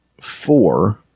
four